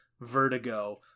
Vertigo